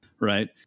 right